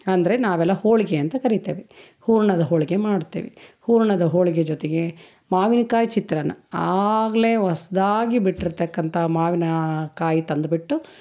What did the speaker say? ಅಂದರೆ ನಾವೆಲ್ಲ ಹೋಳಿಗೆ ಅಂತ ಕರೀತೇವೆ ಹೂರಣದ ಹೋಳಿಗೆ ಮಾಡ್ತೇವೆ ಹೂರಣದ ಹೋಳಿಗೆ ಜೊತೆಗೆ ಮಾವಿನ್ಕಾಯಿ ಚಿತ್ರಾನ್ನ ಆಗಲೇ ಹೊಸ್ದಾಗಿ ಬಿಟ್ಟಿರತಕ್ಕಂಥ ಮಾವಿನಕಾಯಿ ತಂದ್ಬಿಟ್ಟು